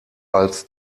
als